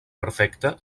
perfecte